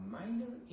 minor